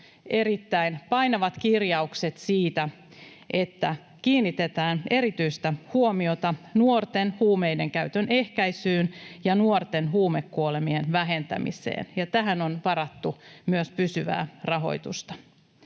erittäin painavat kirjaukset siitä, että kiinnitetään erityistä huomiota nuorten huumeidenkäytön ehkäisyyn ja nuorten huumekuolemien vähentämiseen, ja tähän on varattu myös pysyvää rahoitusta.